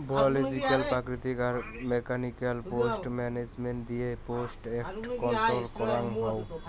biological প্রাকৃতিক আর মেকানিক্যালয় পেস্ট মানাজমেন্ট দিয়ে পেস্ট এট্যাক কন্ট্রল করাঙ হউ